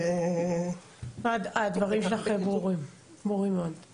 הדברים שלך ברורים מאוד.